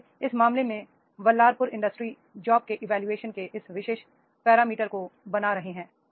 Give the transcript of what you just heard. इसलिए इस मामले में बल्लारपुर इंडस्ट्रीज जॉब के इवोल्यूशन के इस विशेष पैरामीटर को बना रहे हैं